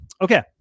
Okay